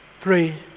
pray